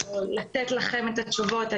או לתת לכם את התשובות,